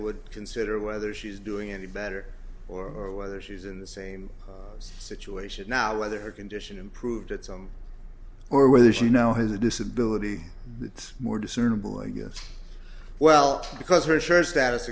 would consider whether she's doing any better or whether she's in the same situation now whether her condition improved at some or whether she now has a disability it's more discernable i guess well because her share status